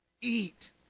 Eat